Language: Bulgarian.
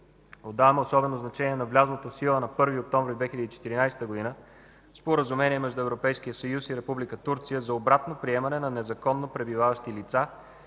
Отдаваме особено значение на влязлото в сила на 1 октомври 2014 г. Споразумение между Европейския съюз и Република Турция за обратно приемане на незаконно пребиваващи лица,